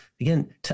again